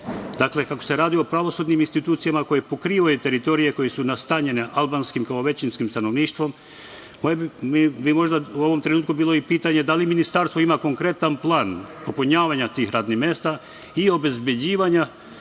kako se radi o pravosudnim institucijama koje pokrivaju teritorije koje su nastanjene albanskim kao većinskim stanovništvom, moje bi u ovom trenutku bilo i pitanje, da li ministarstvo ima konkretan plan popunjavanja tih radnih mesta i obezbeđivanja